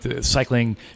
cycling